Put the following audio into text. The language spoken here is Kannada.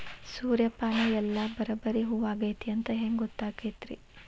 ಸೂರ್ಯಪಾನ ಎಲ್ಲ ಬರಬ್ಬರಿ ಹೂ ಆಗೈತಿ ಅಂತ ಹೆಂಗ್ ಗೊತ್ತಾಗತೈತ್ರಿ?